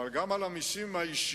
אבל גם על המסים הישירים,